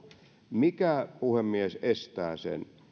mikä puhemies estää sen